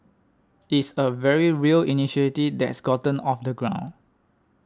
it's a very real initiative that's gotten off the ground